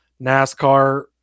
NASCAR